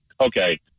okay